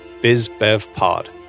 BizBevPod